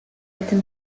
written